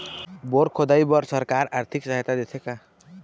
Bore खोदाई बर सरकार आरथिक सहायता देथे का?